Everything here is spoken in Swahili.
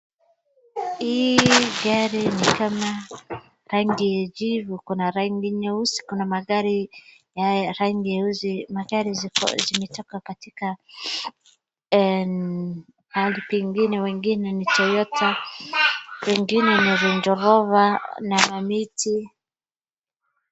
Hii gari ni kama rangi jivu, kuna rangi nyeusi. magari zimetoka katika pahali pengine, wengine ni Toyota, wengine ni Range Rover na miti.